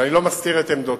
ואני לא מסתיר את עמדותי,